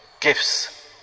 gifts